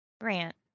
Grant